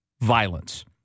violence